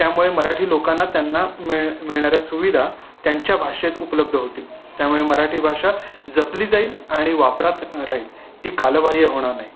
त्यामुळे मराठी लोकाना त्यांना मिळ मिळणाऱ्या सुविधा त्यांच्या भाषेत उपलब्ध होतील त्यामुळे मराठी भाषा जपली जाईल आणि वापरात राहील ती कालबाह्य होणार नाही